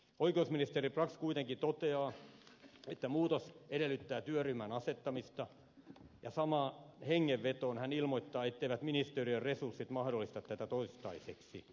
oikeusministeri brax kuitenkin toteaa että muutos edellyttää työryhmän asettamista ja samaan hengenvetoon hän ilmoittaa etteivät ministeriön resurssit mahdollista tätä toistaiseksi